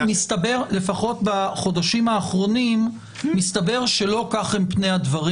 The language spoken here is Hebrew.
לפחות בחודשים האחרונים מסתבר שלא כך הם פני הדברים,